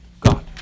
God